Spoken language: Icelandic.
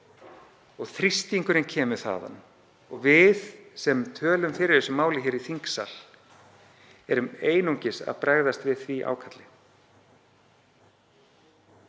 og þrýstingurinn kemur þaðan. Við sem tölum fyrir málinu hér í þingsal erum einungis að bregðast við því ákalli.